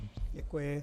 Děkuji.